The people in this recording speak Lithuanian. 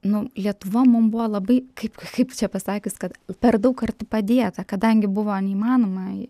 nu lietuva mum buvo labai kaip kaip čia pasakius kad per daug kartų padėta kadangi buvo neįmanoma